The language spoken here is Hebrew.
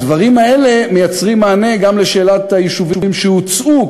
הדברים האלה מייצרים מענה גם על שאלת היישובים שהוצאו,